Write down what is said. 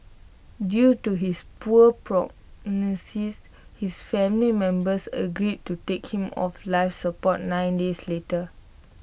due to his poor prognosis his family members agreed to take him off life support nine days later